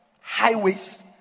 highways